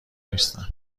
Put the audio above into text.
نیستن